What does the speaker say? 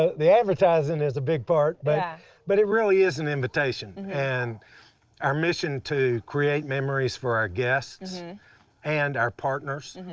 the advertising is a big part, but. yeah. but it really is an invitation. and our mission is to create memories for our guests and our partners,